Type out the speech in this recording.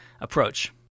approach